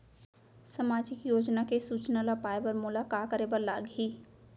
सामाजिक योजना के सूचना ल पाए बर मोला का करे बर लागही?